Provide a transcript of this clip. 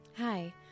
Hi